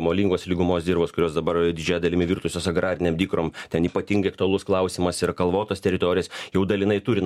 molingos lygumos dirvos kurios dabar didžiąja dalimi virtusios agrarinėm dykrom ten ypatingai aktualus klausimas yra kalvotos teritorijos jau dalinai turi